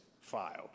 filed